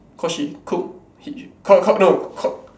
cause she cook he